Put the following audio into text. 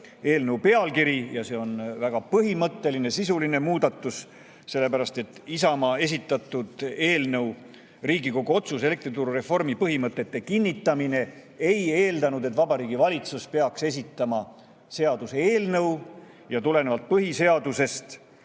eelnõu pealkiri, ja see on väga põhimõtteline sisuline muudatus, sellepärast et Isamaa esitatud eelnõu "Riigikogu otsus "Elektrituru reformi põhimõtete kinnitamine"" ei eeldanud, et Vabariigi Valitsus peaks esitama seaduseelnõu. Ja tulenevalt põhiseadusest